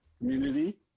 community